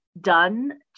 done